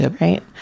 right